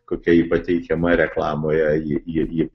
kokia ji pateikiama reklamoje ji ji ji